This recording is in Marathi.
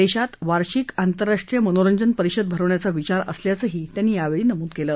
देशात वार्षिक आंतरराष्ट्रीय मनोरंजन परिषद भरवण्याचा विचार असल्याचंही त्यांनी यावेळी नमूद केलं